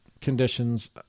conditions